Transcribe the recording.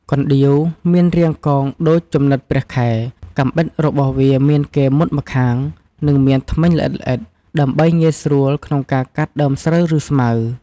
កណ្ដៀវមានរាងកោងដូចជំនិតព្រះខែ កាំបិតរបស់វាមានគែមមុតម្ខាង និងមានធ្មេញល្អិតៗ ដើម្បីងាយស្រួលក្នុងការកាត់ដើមស្រូវ ឬស្មៅ។